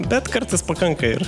bet kartais pakanka ir